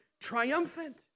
triumphant